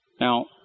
Now